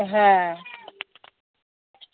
হ্যাঁ